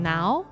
Now